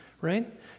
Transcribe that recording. right